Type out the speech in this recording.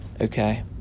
Okay